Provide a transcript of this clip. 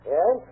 Yes